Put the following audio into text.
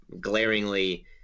glaringly